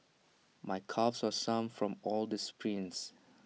my calves are sore from all the sprints